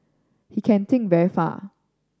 he can think very far